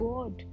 God